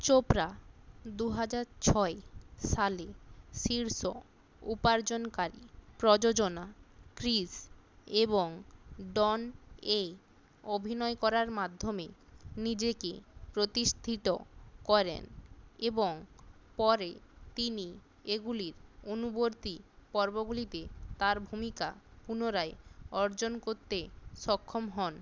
চোপড়া দু হাজার ছয় সালে শীর্ষ উপার্জনকারী প্রযোজনা কৃষ এবং ডন এ অভিনয় করার মাধ্যমে নিজেকে প্রতিষ্ঠিত করেন এবং পরে তিনি এগুলির অনুবর্তী পর্বগুলিতে তাঁর ভুমিকা পুনরায় অর্জন করতে সক্ষম হন